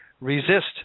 resist